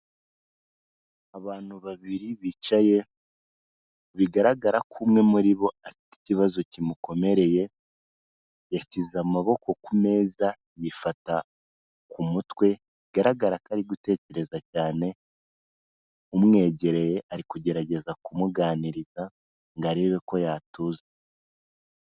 Abantu babiri bicaye bigaragara ko umwe muri bo afite ikibazo kimukomereye, yashyize amaboko ku meza yifata ku mutwe bigaragara ko ari gutekereza cyane, umwegereye ari kugerageza kumuganiriza ngo arebe ko yatuza.